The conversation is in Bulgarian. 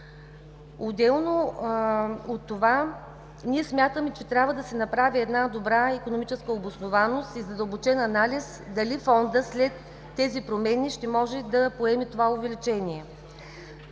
Отделно от това ние смятаме, че трябва да се направи една добра икономическа обоснованост и задълбочен анализ дали Фондът след тези промени ще може да поеме това увеличение.